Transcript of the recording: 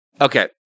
Okay